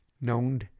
known